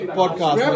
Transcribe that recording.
podcast